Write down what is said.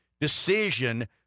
decision